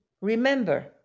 remember